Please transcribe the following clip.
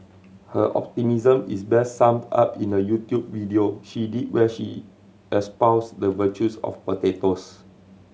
her optimism is best summed up in a YouTube video she did where she espoused the virtues of potatoes